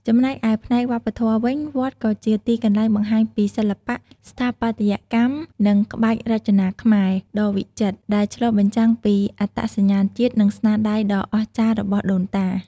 ចំណែកឯផ្នែកវប្បធម៌វិញ វត្តក៏ជា ទីកន្លែងបង្ហាញពីសិល្បៈ ស្ថាបត្យកម្ម និងក្បាច់រចនាខ្មែរ ដ៏វិចិត្រ ដែលឆ្លុះបញ្ចាំងពីអត្តសញ្ញាណជាតិ និងស្នាដៃដ៏អស្ចារ្យរបស់ដូនតា។